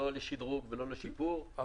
לא לשדרוג ולא לשיפור,